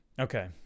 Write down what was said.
Okay